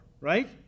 Right